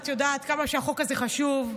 את יודעת כמה החוק הזה חשוב.